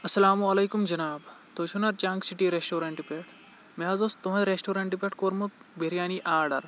اَسَلام عَلَیکُم جِناب تُہۍ چھِو نا جَنگ سِٹی ریسٹورَنٹ پؠٹھ مےٚ حظ اوس تُہنٛد ریسٹورَنٹ پؠٹھ کوٚرمُت بِریانی آرڈَر